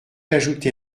ajouté